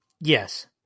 Yes